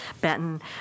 Benton